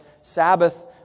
Sabbath